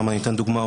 אני סתם אתן דוגמה,